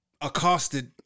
accosted